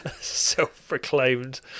self-proclaimed